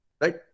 Right